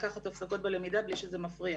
לקחת הפסקות בלמידה בלי שזה מפריע.